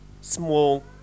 small